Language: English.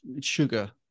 sugar